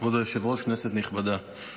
כבוד היושב-ראש, כנסת נכבדה,